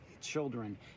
children